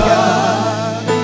God